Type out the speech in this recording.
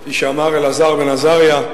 כפי שאמר רבי אלעזר בן עזריה,